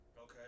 Okay